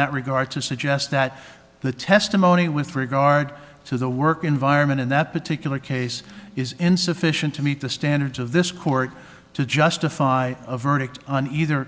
that regard to suggest that the testimony with regard to the work environment in that particular case is insufficient to meet the standards of this court to justify a verdict on either